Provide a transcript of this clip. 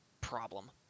problem